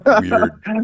weird